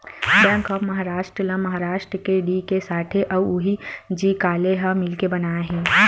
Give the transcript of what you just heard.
bank of Maharashtra ल महारास्ट के D K Sathe अउ व्ही.जी काले ह मिलके बनाए हे